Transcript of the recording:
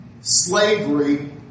slavery